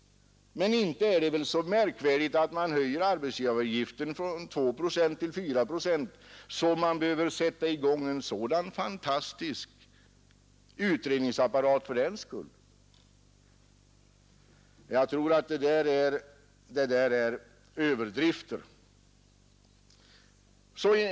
Men inte är det en så märkvärdig åtgärd att höja arbetsgivaravgiften från 2 procent till 4 procent att man för den skull behöver sätta i gång en sådan fantastisk utredningsapparat. Det är en överdrift.